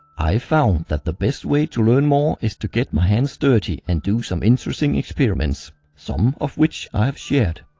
i've found that the best way to learn more is to get my hands dirty and do some interesting experiments some of which i have shared.